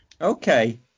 Okay